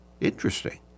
Interesting